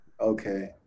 Okay